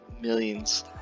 millions